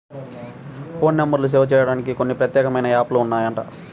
phone నెంబర్లు save జేసుకోడానికి కొన్ని ప్రత్యేకమైన యాప్ లు ఉన్నాయంట